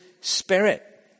spirit